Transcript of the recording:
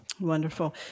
Wonderful